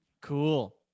Cool